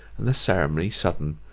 and the ceremony sudden,